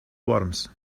worms